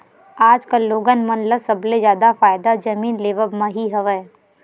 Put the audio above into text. आजकल लोगन मन ल सबले जादा फायदा जमीन लेवब म ही हवय